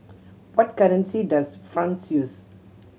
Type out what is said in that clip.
what currency does France use